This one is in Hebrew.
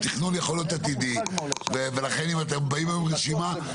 התכנון יכול להיות עתידי ולכן היום אם אתם באים עם רשימה היום,